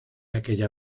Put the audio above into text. aquella